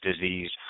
disease